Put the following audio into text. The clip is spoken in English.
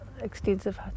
extensive